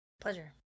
Pleasure